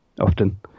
often